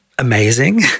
amazing